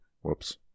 whoops